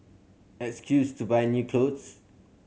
excuse to buy new clothes